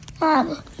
Mom